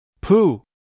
Pooh